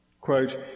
Quote